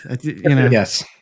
Yes